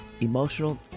emotional